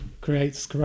creates